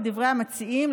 לדברי המציעים,